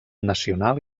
nacional